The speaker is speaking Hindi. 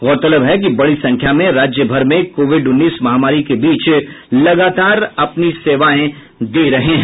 गौरतलब है कि बड़ी संख्या में राज्य भर में कोविड उन्नीस महामारी के बीच लगातार अपनी सेवाएं दे रहे हैं